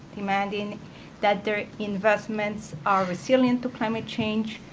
demanding that their investments are resilient to climate change,